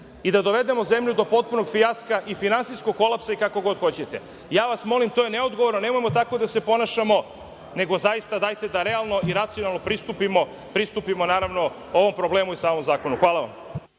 i da dovedemo zemlju do potpunog fijaska i finansijskog kolapsa i kako god hoćete. Ja vas molim to je neodgovorno. Nemojmo tako da se ponašamo, nego dajte da realno i racionalno pristupimo ovom problemu i samom zakonu. Hvala vam.